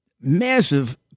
massive